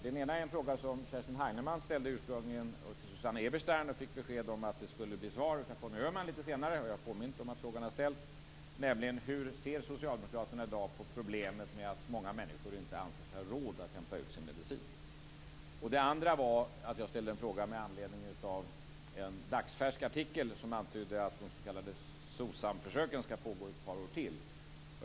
Den ena ställde Kerstin Heinemann till Susanne Eberstein och fick beskedet att hon skulle få svar av Conny Öhman senare. Jag påminner nu om att frågan har ställts. Hur ser socialdemokraterna i dag på problemet med att många människor inte anser sig ha råd att hämta ut sin medicin? Den andra frågan ställde jag med anledning av en dagsfärsk artikel som antydde att de s.k. SOSAM försöken skall pågå i ytterligare ett par år.